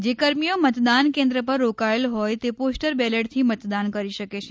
જે કર્મીઓ મતદાન કેન્દ્ર પર રોકાયેલ હોય તે પોસ્ટર બેલેટથી મતદાન કરી શકે છે